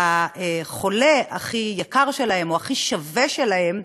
החולה הכי יקר שלהם, או הכי שווה שלהם,